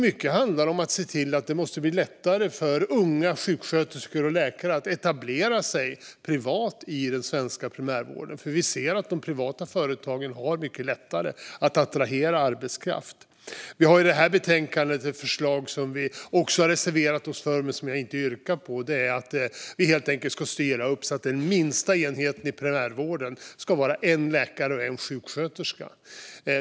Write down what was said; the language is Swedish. Mycket handlar om att göra det lättare för unga sjuksköterskor och läkare att etablera sig privat i den svenska primärvården. Vi ser att de privata företagen har lättare att attrahera arbetskraft. I det här betänkandet har vi ett förslag, som vi har reserverat oss för men som jag inte har yrkat bifall till, om att styra så att den minsta enheten i primärvården ska vara en läkare och en sjuksköterska.